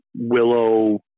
Willow